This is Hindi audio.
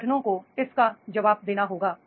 संगठनों को इसका जवाब देना होगा